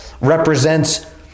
represents